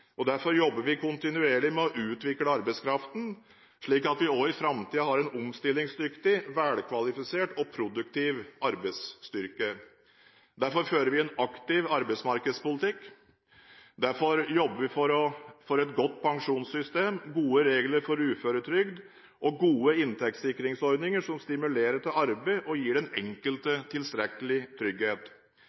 Derfor jobber vi kontinuerlig med å utvikle arbeidskraften, slik at vi også i framtiden har en omstillingsdyktig, velkvalifisert og produktiv arbeidsstyrke. Derfor fører vi en aktiv arbeidsmarkedspolitikk. Derfor jobber vi for et godt pensjonssystem, gode regler for uføretrygd og gode inntektssikringsordninger som stimulerer til arbeid og gir den enkelte tilstrekkelig trygghet.